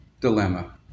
dilemma